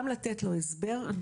גם לתת לו הסבר,